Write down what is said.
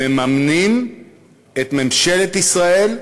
מממנים את ממשלת ישראל,